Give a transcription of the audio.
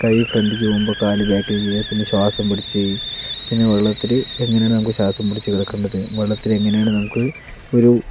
കൈ ഫ്രണ്ടിലേക്ക് പോകുമ്പോൾ കാല് ബാക്കിലേക്ക് പിന്നെ ശ്വാസം പിടിച്ച് പിന്നെ വെള്ളത്തില് എങ്ങനെയാണ് നമുക്ക് ശ്വാസം പിടിച്ച് കിടക്കേണ്ടത് വെള്ളത്തിൽ എങ്ങനെയാണ് നമുക്ക് ഒരു